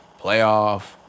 playoff